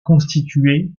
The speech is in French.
constitué